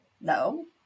no